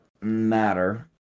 matter